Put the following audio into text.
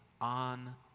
on